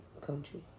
country